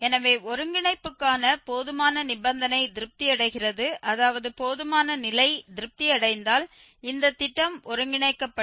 எனவே ஒருங்கிணைப்புக்கான போதுமான நிபந்தனை திருப்தியடைகிறது அதாவது போதுமான நிலை திருப்தி அடைந்தால் இந்த திட்டம் ஒருங்கிணைக்கப்படும்